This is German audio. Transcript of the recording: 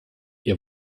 ihr